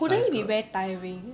but wouldn't it be very tiring